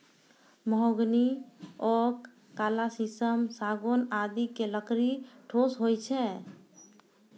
mahogany, oak, काला शीशम, सागौन आदि के लकड़ी ठोस होय छै